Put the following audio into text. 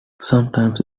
sometimes